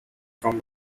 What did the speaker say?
from